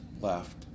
Left